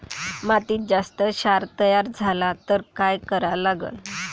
मातीत जास्त क्षार तयार झाला तर काय करा लागन?